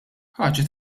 ħaġa